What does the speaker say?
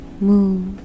move